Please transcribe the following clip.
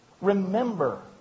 remember